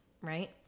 right